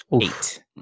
Eight